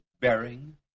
bearing